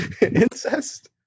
incest